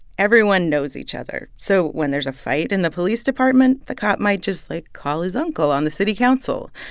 everyone knows each other, so when there's a fight in the police department, the cop might just, like call his uncle on the city council.